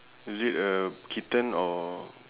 is it a kitten or